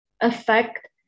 affect